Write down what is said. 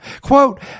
Quote